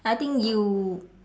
I think you